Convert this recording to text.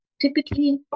typically